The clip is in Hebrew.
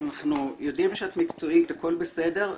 אנחנו יודעים שאת מקצועית, הכול בסדר.